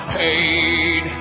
paid